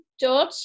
George